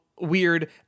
weird